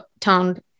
toned